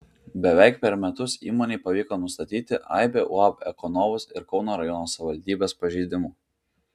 beveik per metus įmonei pavyko nustatyti aibę uab ekonovus ir kauno rajono savivaldybės pažeidimų